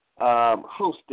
hosted